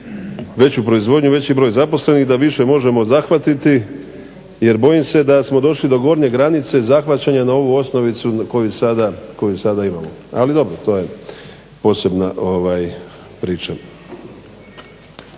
veći broj zaposlenih da više možemo zahvatiti jer bojim se da smo došli do gornje granice zahvaćanja na ovu osnovicu koju sada imamo. Ali dobro to je posebna priča.